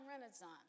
Renaissance